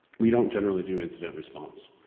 we don't generally do incident response.